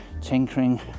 tinkering